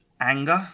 anger